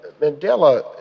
Mandela